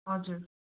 हजुर